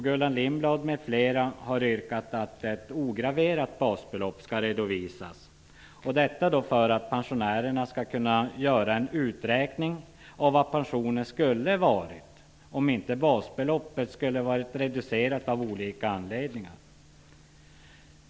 Gullan Lindblad m.fl. har yrkat att ett ograverat basbelopp skall redovisas för att pensionärerna skall kunna göra en uträkning av vad pensionen skulle ha blivit om inte basbeloppet hade varit reducerat av olika anledningar.